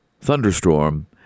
thunderstorm